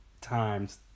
times